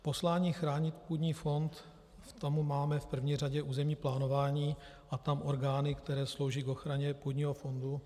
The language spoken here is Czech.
Poslání chránit půdní fond k tomu máme v první řadě územní plánování a tam orgány, které slouží k ochraně půdního fondu.